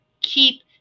Keep